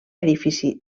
edifici